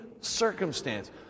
circumstance